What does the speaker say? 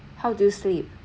how do you sleep